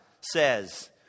says